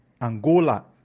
Angola